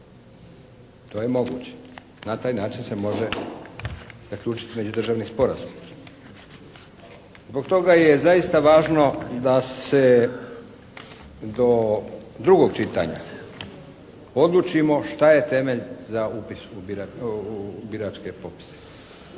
To je moguće. Na taj način se može zaključiti međudržavni sporazum. Zbog toga je zaista važno da se do drugog čitanja odlučimo šta je temelj za upis u biračke popise.